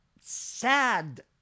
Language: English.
sad